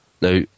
now